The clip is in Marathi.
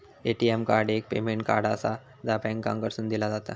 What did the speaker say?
ए.टी.एम कार्ड एक पेमेंट कार्ड आसा, जा बँकेकडसून दिला जाता